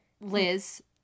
Liz